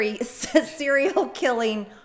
serial-killing